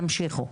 תמשיכו.